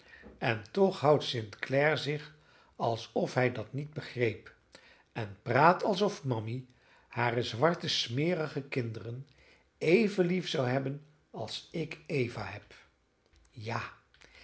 en toch houdt st clare zich alsof hij dat niet begreep en praat alsof mammy hare zwarte smerige kinderen even lief zou hebben als ik eva heb ja